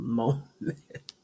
moment